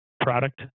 product